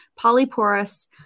polyporous